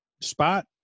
spot